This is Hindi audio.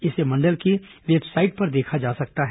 इसे मंडल की वेबसाइट पर देखा जा सकता है